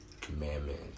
commandment